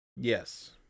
Yes